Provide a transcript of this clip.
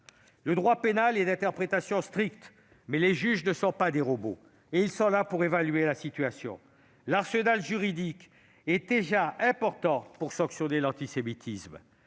Le droit pénal est d'interprétation stricte, mais les juges ne sont pas des robots et ils sont là pour évaluer la situation. L'arsenal juridique est déjà important pour sanctionner l'antisémitisme.